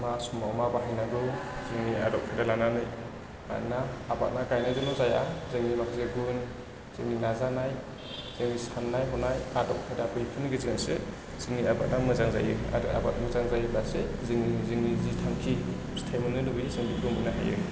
मा समाव मा बाहायनांगौ जोंनि आदब खायदा लानानै मानोना आबादआ गायनायजोंल' जाया जोंनो माखासे गुन जोंनि नाजानाय जोंनि साननाय हनाय आदब खायदा बैफोरनि गेजेरजोंसो जोंनि आबादआ मोजां जायो आरो आबाद मोजां जायोबासो जोंनि जि थांखि फिथाइ मोननो लुबैदों जों बेखौ मोननो हायो